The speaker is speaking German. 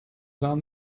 warm